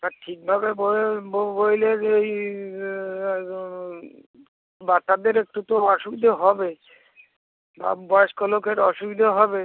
তা ঠিকভাবে বসলে যেই ও বাচ্চাদের একটু তো অসুবিধে হবে বা বয়স্ক লোকের অসুবিধে হবে